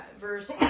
verse